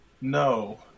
no